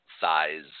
size